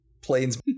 planes